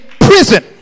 prison